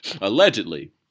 allegedly